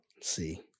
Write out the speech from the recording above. see